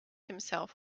himself